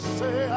say